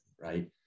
right